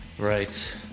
Right